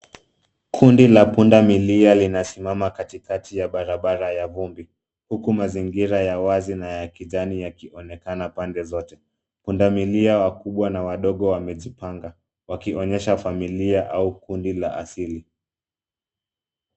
Kundi la pundamilia linasimama katikati ya barabara ya vumbi huku mazingira ya wazi na ya kijani yakionekana pande zote. Pundamilia wakubwa na wadogo wamejipanga wakionyesha familia au kundi la asili.